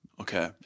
Okay